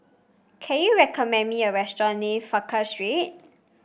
can you recommend me a restaurant near Frankel Street